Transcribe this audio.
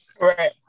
Right